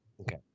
Okay